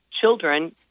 children